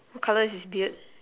what colour is his beard